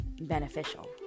beneficial